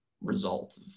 result